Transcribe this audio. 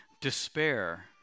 despair